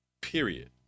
Period